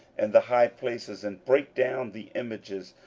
and the high places, and brake down the images,